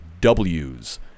Ws